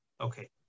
Okay